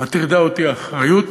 מטרידה אותי האחריות